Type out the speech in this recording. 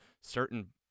certain